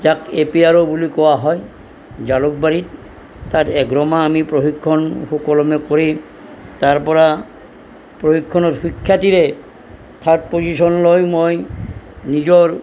যাক A P R O বুলি কোৱা হয় জালুকবাৰীত তাত এঘাৰমাহ আমি প্ৰশিক্ষণ সুকলমে কৰি তাৰ পৰা প্ৰশিক্ষণত সুখ্যাতিৰে থাৰ্ড পজিশ্যন লৈ মই নিজৰ